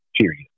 period